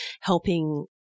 helping